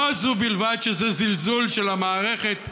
לא זו בלבד שזה זלזול של המערכת,